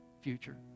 future